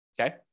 Okay